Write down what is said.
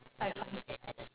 I find